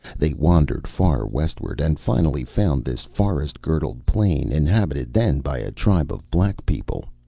they wandered far westward and finally found this forest-girdled plain, inhabited then by a tribe of black people.